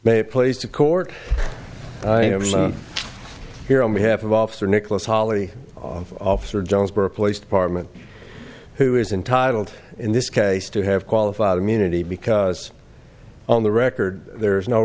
may place to court here on behalf of officer nicholas holley officer jonesboro police department who is intitled in this case to have qualified immunity because on the record there is no